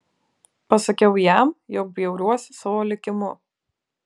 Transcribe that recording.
pasakiau jam jog bjauriuosi savo likimu